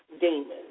demons